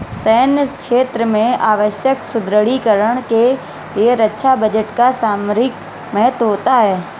सैन्य क्षेत्र में आवश्यक सुदृढ़ीकरण के लिए रक्षा बजट का सामरिक महत्व होता है